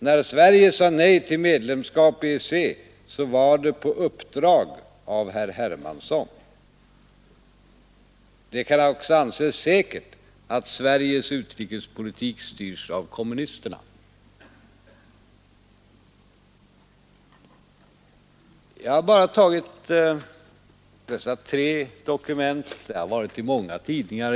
När Sverige sade nej till medlemskap i EEC, var det på uppdrag av herr Hermansson. Det kan också anses säkert att Sveriges utrikespolitik styrs av kommunisterna. Jag har bara tagit dessa tre dokument. Sådana uttalanden har funnits i mänga tidningar.